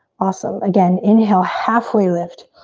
awesome, again, inhale, halfway lift.